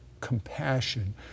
compassion